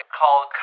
called